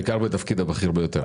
בעיקר בתפקיד הבכיר ביותר.